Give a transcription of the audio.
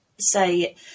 say